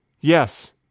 Yes